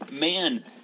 man